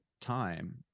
time